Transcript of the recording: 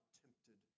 tempted